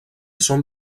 són